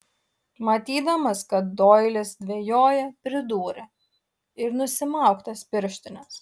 matydamas kad doilis dvejoja pridūrė ir nusimauk tas pirštines